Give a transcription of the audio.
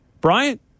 Bryant